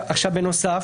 בנוסף